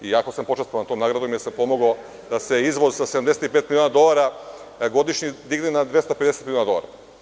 Jako sam počastvovan tom nagradom, jer sam pomogao da se izvoz sa 75 miliona dolara godišnje digne na 250 miliona dolara.